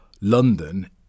London